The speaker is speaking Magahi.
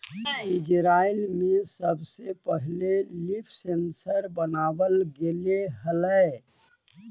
इजरायल में सबसे पहिले लीफ सेंसर बनाबल गेले हलई